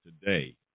today